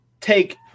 take